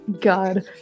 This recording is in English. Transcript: God